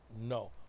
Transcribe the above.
No